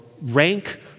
rank